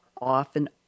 often